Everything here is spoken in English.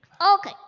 Okay